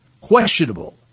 questionable